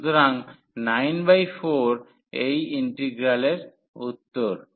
সুতরাং 94 এই ইন্টিগ্রালের উত্তর